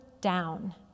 down